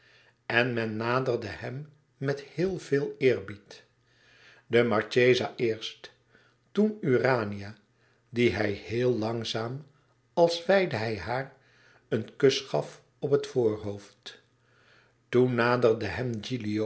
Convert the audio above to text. en men naderde hem met heel veel eerbied de marchesa eerst toen urania die hij heel langzaam als wijdde hij haar een kus gaf op het voorhoofd toen naderde hem